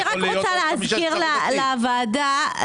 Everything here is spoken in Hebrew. אני רוצה להזכיר לוועדה,